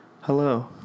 hello